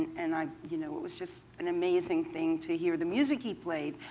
and um you know it was just an amazing thing to hear the music he played,